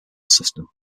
system